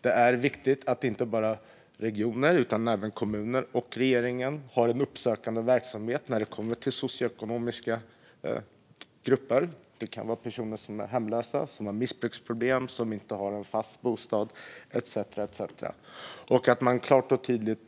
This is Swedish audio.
Det är viktigt att inte bara regioner utan även kommuner och regeringen har en uppsökande verksamhet när det kommer till socioekonomiskt utsatta grupper. Det kan vara personer som är hemlösa, personer som har missbruksproblem, personer som inte har en fast bostad etcetera.